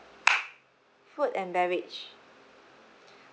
food and beverage